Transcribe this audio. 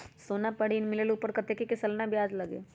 सोना पर ऋण मिलेलु ओपर कतेक के सालाना ब्याज लगे?